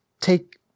take